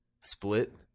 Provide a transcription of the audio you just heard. Split